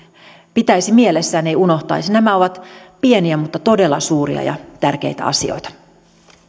pitäisi mielessään ei unohtaisi nämä ovat pieniä mutta todella suuria ja tärkeitä asioita